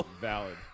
Valid